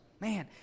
Man